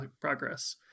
progress